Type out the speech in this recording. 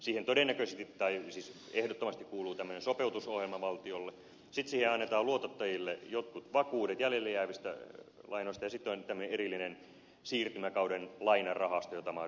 siihen ehdottomasti kuuluu sopeutusohjelma valtiolle sitten siihen annetaan luotottajille jotkut vakuudet jäljelle jäävistä lainoista ja sitten on erillinen siirtymäkauden lainarahasto jota mahdollisesti käytetään